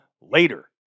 later